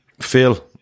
Phil